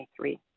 2023